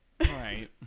Right